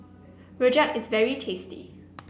Rojak is very tasty